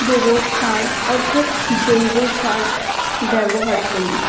গোবর সার অর্থাৎ জৈব সার ব্যবহার করি